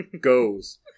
goes